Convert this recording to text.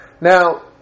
Now